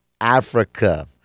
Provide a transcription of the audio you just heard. Africa